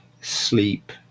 sleep